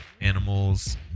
Animals